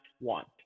want